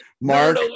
Mark